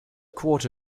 quarter